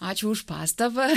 ačiū už pastabą